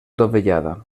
dovellada